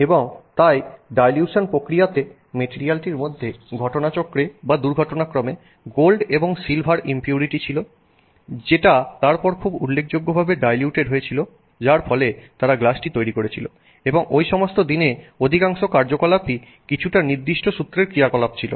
এবং এই ডাইলিউশন প্রক্রিয়াতে মেটিরিয়ালটির মধ্যে ঘটনাচক্রে বা দুর্ঘটনাক্রমে গোল্ড এবং সিলভার ইম্পিউরিটি ছিল যেটা তারপর খুব উল্লেখযোগ্যভাবে ডাইলিউটেড হয়েছিল যার ফলে তারা গ্লাসটি তৈরি করেছিল এবং ঐ সমস্ত দিনে অধিকাংশ কার্যকলাপই কিছুটা নির্দিষ্ট সূত্রের ক্রিয়া কলাপ ছিল